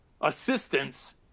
assistance